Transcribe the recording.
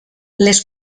les